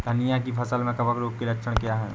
धनिया की फसल में कवक रोग के लक्षण क्या है?